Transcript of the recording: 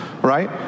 right